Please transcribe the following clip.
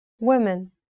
women